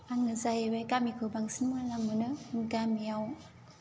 आङो जाहैबाय गामिखौ बांसिन मोजां मोनो गामियाव